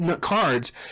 cards